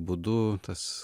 būdu tas